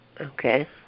Okay